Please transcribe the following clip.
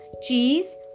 cheese